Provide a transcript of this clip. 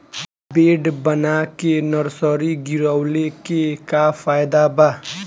Bed बना के nursery गिरवले के का फायदा बा?